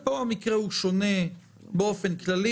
פה המקרה שונה באופן כללי.